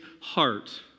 heart